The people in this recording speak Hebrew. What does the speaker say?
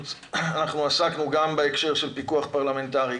עסקנו גם בהקשר של פיקוח פרלמנטרי,